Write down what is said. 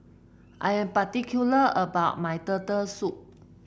I'm particular about my Turtle Soup